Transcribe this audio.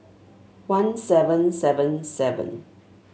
one seven seven seven